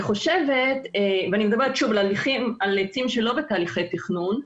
אני מדברת על עצים שלא בתהליכי תכנון.